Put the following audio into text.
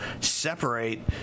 separate